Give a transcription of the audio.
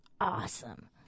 awesome